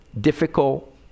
difficult